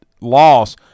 loss